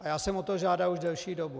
A já jsem o to žádal už delší dobu.